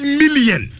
million